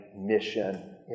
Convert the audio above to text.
mission